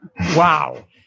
Wow